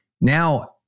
now